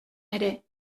ere